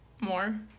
more